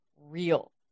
real